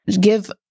give